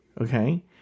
okay